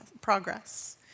progress